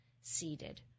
seated